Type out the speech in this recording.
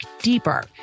deeper